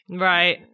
Right